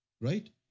right